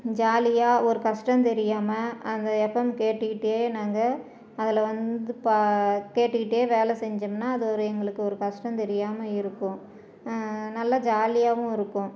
ஜாலியாக ஒரு கஷ்டம் தெரியாமல் அந்த எஃப்எம் கேட்டுக்கிட்டே நாங்கள் அதில் வந்து பா கேட்டுக்கிட்டே வேலை செஞ்சம்ன்னா அது ஒரு எங்களுக்கு ஒரு கஷ்டம் தெரியாமல் இருக்கும் நல்லா ஜாலியாகவும் இருக்கும்